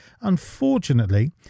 unfortunately